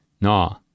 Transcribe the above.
no